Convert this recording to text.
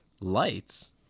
Lights